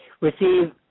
receive